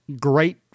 great